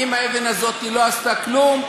אם האבן הזאת לא עשתה כלום,